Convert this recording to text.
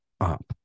up